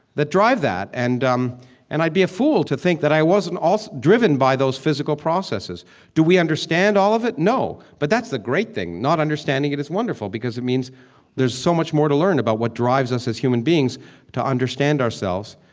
that drive that, and um and i'd be a fool to think that i wasn't driven by those physical processes do we understand all of it? no, but that's the great thing. not understanding it is wonderful because it means there's so much more to learn about what drives us as human beings to understand ourselves.